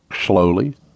Slowly